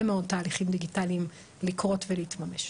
מאוד תהליכים דיגיטליים לקרות ולהתממש.